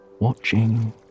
watching